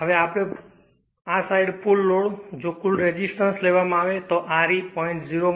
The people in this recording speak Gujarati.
હવે આ સાઈડ કુલ લોડ જો કુલ રેસિસ્ટન્સ લેવામાં આવે તે R e 0